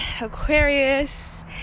Aquarius